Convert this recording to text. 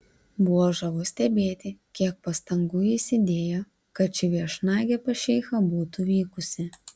buvo žavu stebėti kiek pastangų jis įdėjo kad ši viešnagė pas šeichą būtų vykusi